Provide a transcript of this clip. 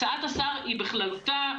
הצעת השר היא בכללותה,